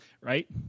right